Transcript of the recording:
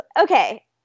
Okay